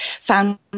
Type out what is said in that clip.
found